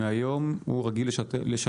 מזמין שהוא קופת חולים או בית חולים בבעלותה,